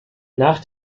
nach